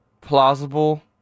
plausible